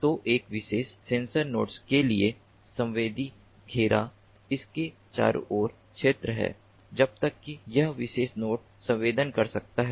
तो एक विशेष सेंसर नोड के लिए संवेदी घेरा इसके चारों ओर क्षेत्र है जब तक कि यह विशेष नोड संवेदन कर सकता है